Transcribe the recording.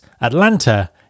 Atlanta